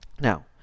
now